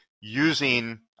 using